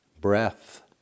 Breath